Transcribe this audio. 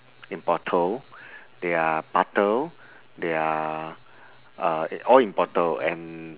in bottle there are butter there are uh all in bottle and